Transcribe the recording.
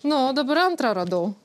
nu dabar antrą radau